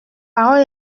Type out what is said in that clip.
parole